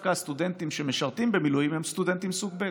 דווקא הסטודנטים שמשרתים במילואים הם סטודנטים סוג ב'.